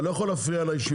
אתה לא יכול להפריע לישיבה.